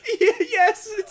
yes